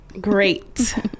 Great